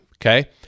okay